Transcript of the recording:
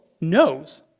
knows